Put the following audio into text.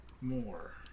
more